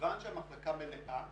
כיוון שהמחלקה מלאה